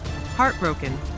Heartbroken